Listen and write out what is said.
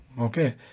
okay